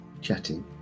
Chatting